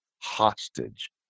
hostage